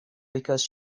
because